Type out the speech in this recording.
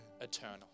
eternal